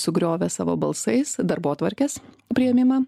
sugriovė savo balsais darbotvarkes priėmimą